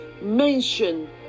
mention